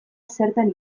zertan